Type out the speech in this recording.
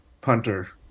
punter